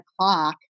o'clock